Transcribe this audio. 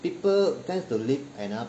people tend to live and ah